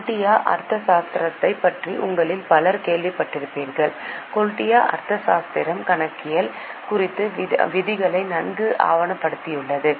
கௌடில்யா ஆர்த்த சாஸ்திரத்தைப் பற்றி உங்களில் பலர் கேள்விப்பட்டிருப்பீர்கள் கௌடில்யா ஆர்த்த சாஸ்திரம் கணக்கியல் குறித்த விதிகளை நன்கு ஆவணப்படுத்தியுள்ளது